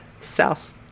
self